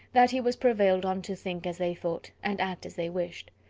that he was prevailed on to think as they thought, and act as they wished.